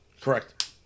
Correct